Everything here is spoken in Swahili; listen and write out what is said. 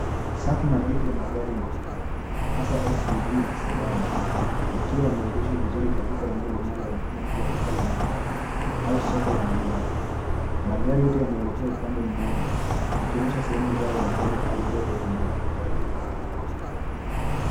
Safu nadhifu ya magari meupe hasaa, SUV na Sedan, yakiwa yameegeshwa vizuri katika eneo linaloonekana kuwa duka la magari au soko la magari. Magari yote yameelekea upande moja, yakionyesha sehemu zao za mbele au robo ya mbele.